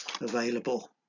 available